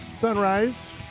sunrise